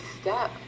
step